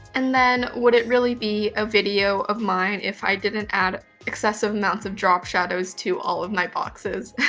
and then would it really be a video of mine if i didn't add excessive amounts of drop shadows to all of my boxes.